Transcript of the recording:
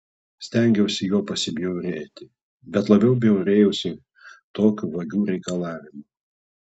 stengiausi juo pasibjaurėti bet labiau bjaurėjausi tokiu vagių reikalavimu